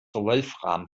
wolfram